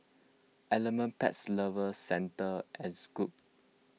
Element Pets Lovers Centre and Schweppes